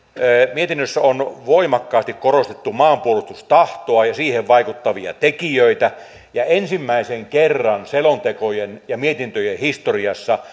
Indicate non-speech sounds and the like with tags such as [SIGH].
mietinnössä on voimakkaasti korostettu maanpuolustustahtoa ja siihen vaikuttavia tekijöitä ja ensimmäisen kerran selontekojen ja mietintöjen historiassa [UNINTELLIGIBLE]